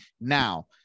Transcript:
Now